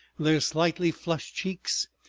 their slightly flushed cheeks,